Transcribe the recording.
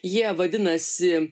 jie vadinasi